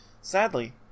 Sadly